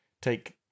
take